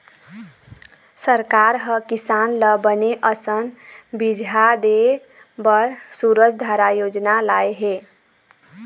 सरकार ह किसान ल बने असन बिजहा देय बर सूरजधारा योजना लाय हे